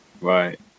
Right